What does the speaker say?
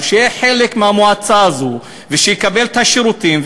אז שיהיה חלק מהמועצה הזאת ושיקבל את השירותים,